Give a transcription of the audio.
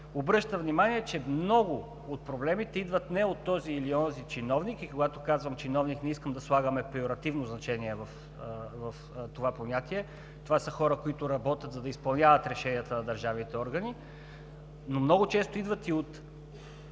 Обръщам внимание, че много от проблемите идват не от този или онзи чиновник, и когато казвам чиновник, не искам да слагаме пейоративно значение в това понятие – това са хора, които работят, за да изпълняват решенията на държавните органи, но много често идват и от